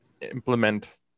implement